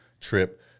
trip